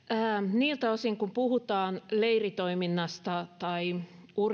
niiltä osin kun puhutaan urheilujärjestöjen leiritoiminnasta tai